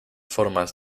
formas